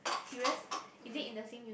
serious is it in the same uni